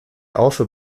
also